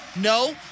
No